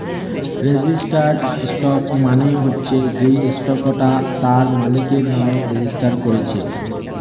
registered stock মানে হচ্ছে যেই স্টকটা তার মালিকের নামে রেজিস্টার কোরছে